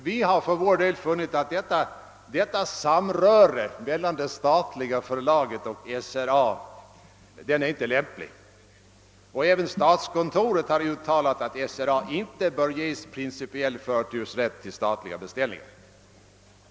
Vi har för vår del funnit att detta samröre mellan det statliga förlaget och SRA är olämpligt. Även statskontoret har uttalat att SRA inte bör ges principiell förtursrätt till statliga beställningar.